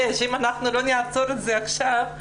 שאם אנחנו לא נעצור את זה עכשיו,